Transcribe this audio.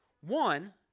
one